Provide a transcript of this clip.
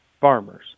farmers